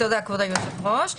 תודה, כבוד היושב ראש.